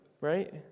right